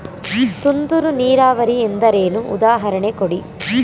ತುಂತುರು ನೀರಾವರಿ ಎಂದರೇನು, ಉದಾಹರಣೆ ಕೊಡಿ?